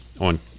on